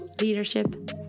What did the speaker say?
leadership